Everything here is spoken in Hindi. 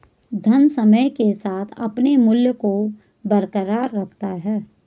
धन समय के साथ अपने मूल्य को बरकरार रखता है